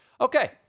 Okay